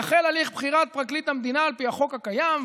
יחל הליך בחירת פרקליט המדינה על פי החוק הקיים,